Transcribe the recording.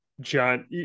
John